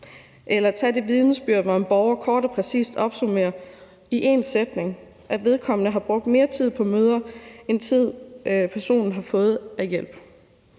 Eller tag det vidnesbyrd, hvor en borger kort og præcist i én sætning opsummerer, at vedkommende har brugt mere tid på møder end den tid, personen har fået hjælp.